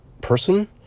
person